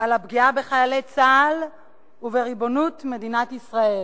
על הפגיעה בחיילי צה"ל ובריבונות מדינת ישראל.